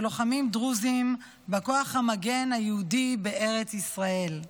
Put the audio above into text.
לוחמים דרוזים בכוח המגן היהודי בארץ ישראל.